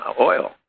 oil